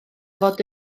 fod